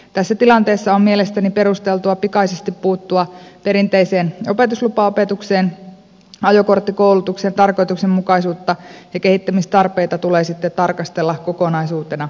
tässä tilanteessa on mielestäni perusteltua pikaisesti puuttua perinteiseen opetuslupaopetukseen ajokorttikoulutuksen tarkoituksenmukaisuutta ja kehittämistarpeita tulee sitten tarkastella kokonaisuutena erikseen